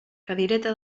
cadireta